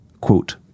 quote